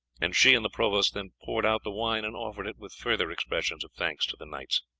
and she and the provost then poured out the wine and offered it with further expressions of thanks to the knights.